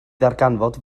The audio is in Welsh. ddarganfod